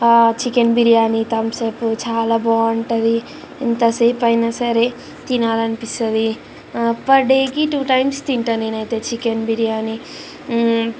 chicken biryani Thums Up చాలా బాగుంటుంది ఎంతసేపయినా సరే తినాలనిపిస్తుంది పర్ డేకి టూ టైమ్స్ తింటాను నేనయితే చికెన్ బిర్యానీ